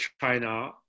China